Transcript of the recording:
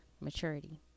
Maturity